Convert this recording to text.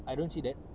I don't see that